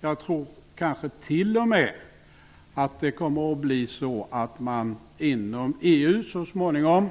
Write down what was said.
Kanske tror jag t.o.m. att man så småningom inom EU